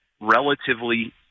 relatively